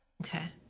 Okay